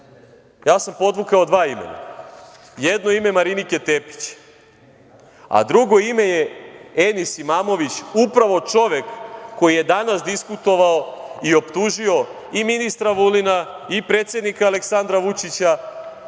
ja sam podvukao dva imena. Jedno je ime Marinike Tepić, a drugo ime je Enis Imamović, upravo čovek koji je danas diskutovao i optužio i ministra Vulina i predsednika Aleksandra Vučića